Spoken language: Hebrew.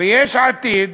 ויש עתיד